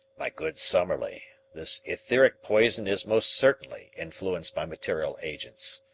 my good summerlee, this etheric poison is most certainly influenced by material agents.